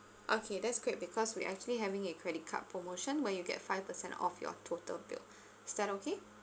okay that's great because we actually having a credit card promotion where you get five percent off your total bill is that okay